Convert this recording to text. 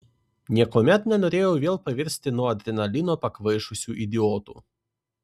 niekuomet nenorėjau vėl pavirsti nuo adrenalino pakvaišusiu idiotu